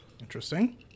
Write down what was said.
Interesting